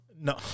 No